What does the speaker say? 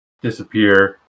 disappear